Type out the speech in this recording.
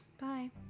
Bye